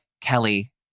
Kelly